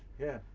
yeah.